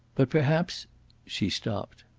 but perhaps she stopped.